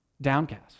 downcast